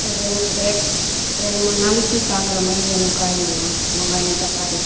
எங்களுக்கு ரெண்ட் ரெண்டு மூணு நாளைக்கு தாங்குகிற மாதிரி வேணும் காய்ங்களெலாம் வெங்காயம் தக்காளி